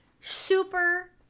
super